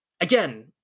again